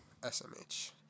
SMH